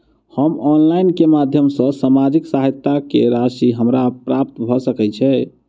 हम ऑनलाइन केँ माध्यम सँ सामाजिक सहायता केँ राशि हमरा प्राप्त भऽ सकै छै?